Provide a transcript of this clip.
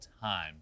time